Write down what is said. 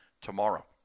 tomorrow